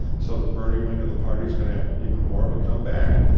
so the bernie wing of the party is going to have even more of a comeback.